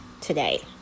today